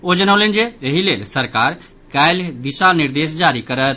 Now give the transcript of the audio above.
ओ जनौलनि जे एहि लेल सरकार काल्हि दिशा निर्देश जारी करत